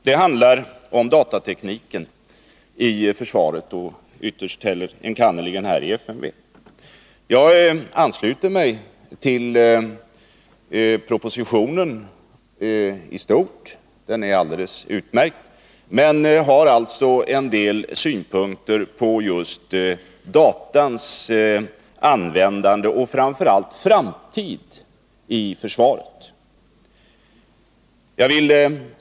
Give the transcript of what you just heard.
Det handlar om datatekniken i försvaret, och enkannerligen vid FMV. Jag ansluter mig till propositionen i stort — den är alldeles utmärkt. Men jag har alltså en del synpunkter på datasystemens användande — och framför allt framtid — i försvaret.